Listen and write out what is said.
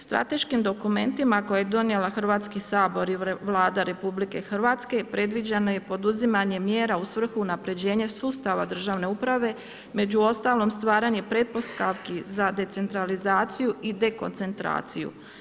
Strateškim dokumentima koje je donio Hrvatski sabor i Vlada RH predviđeno je poduzimanje mjera u svrhu unapređenja sustava državne uprave, među ostalom stvaranje pretpostavki za decentralizaciju i dekoncentraciju.